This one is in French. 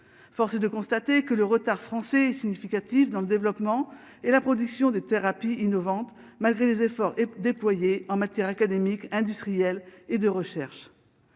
force est de constater que le retard français significative dans le développement et la production des thérapies innovantes, malgré les efforts déployés en matière académique industriels et de recherche